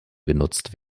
genutzt